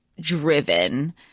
driven